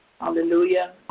Hallelujah